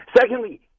Secondly